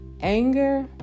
anger